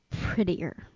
prettier